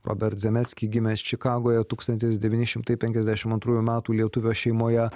robert zemecki gimęs čikagoje tūkstantis devyni šimtai penkiasdešimt antrųjų metų lietuvio šeimoje